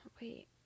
Wait